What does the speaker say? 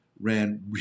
ran